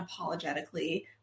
unapologetically